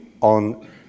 on